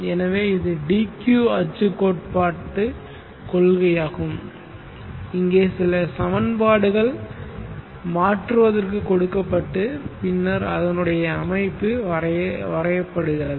எனவே இது d q அச்சு கோட்பாட்டுக் கொள்கையாகும் இங்கே சில சமன்பாடுகள் மாற்றுவதற்கு கொடுக்கப்பட்டு பின்னர் அதனுடைய அமைப்பு வரையப்படுகிறது